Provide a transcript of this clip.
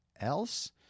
else